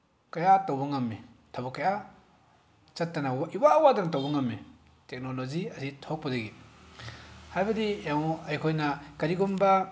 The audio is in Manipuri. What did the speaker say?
ꯀꯌꯥ ꯇꯧꯕ ꯉꯝꯃꯤ ꯊꯕꯛ ꯀꯌꯥ ꯆꯠꯇꯅ ꯏꯋꯥ ꯋꯥꯗꯅ ꯇꯧꯕ ꯉꯝꯃꯤ ꯇꯣꯛꯅꯣꯂꯣꯖꯤ ꯑꯁꯤ ꯊꯣꯛꯄꯗꯒꯤ ꯍꯥꯏꯕꯗꯤ ꯌꯦꯡꯎ ꯑꯩꯈꯣꯏꯅ ꯀꯔꯤꯒꯨꯝꯕ